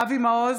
אבי מעוז,